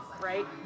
right